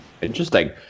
Interesting